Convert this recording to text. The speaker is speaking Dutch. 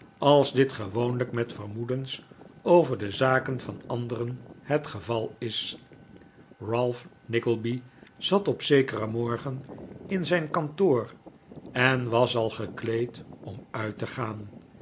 als dit gewoonlijk met vermoedens over de zaken van anderen het geval is ralph nickleby zat op zekeren morgen in zijn kantoor en was al gekleed om uit te gaan